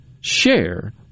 share